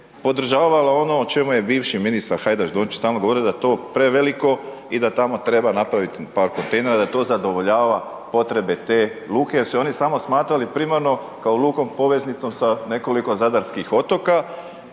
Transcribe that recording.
podržavala ono o čemu je bivši ministar Hajdaš Dončić stalno govorio da je to preveliko i da tamo treba napraviti par kontejnera da to zadovoljava potrebe te luke jer su oni samo smatrali primarno kao lukom poveznicom sa nekoliko zadarskih otoka,